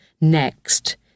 Next